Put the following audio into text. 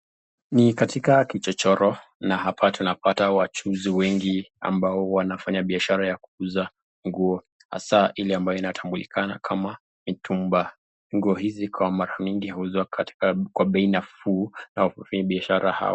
Ni katika kichochoro ,na hapa tunapata wachuuzi wengi ambao wanafanya biashara ya kuuza nguo .Hasaa ile inatambulikana kama mitumba .Nguo hizi kwa mara mingi huuzwa katika kwa bei nafuu, na wafanyi biashara hao.